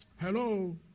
Hello